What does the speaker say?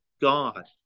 God